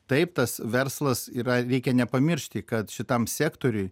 taip tas verslas yra reikia nepamiršti kad šitam sektoriuj